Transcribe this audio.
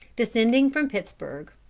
descending from pittsburg,